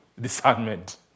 Discernment